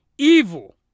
Evil